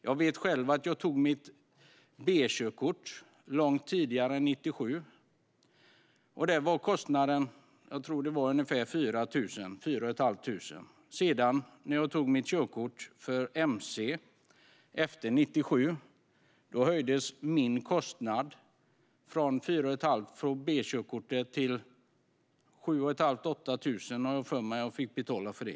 Jag tog mitt B-körkort långt tidigare än 1997. Jag tror att kostnaden då var ungefär 4 500. När jag sedan tog mitt körkort för mc efter 1997 höjdes kostnaden - den var alltså ungefär 4 500 för B-körkortet. Jag har för mig att jag fick betala 7 500-8 000 för körkortet för mc.